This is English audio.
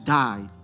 die